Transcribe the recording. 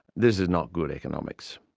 this is not good economics.